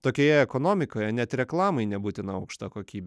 tokioje ekonomikoje net reklamai nebūtina aukšta kokybė